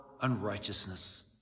unrighteousness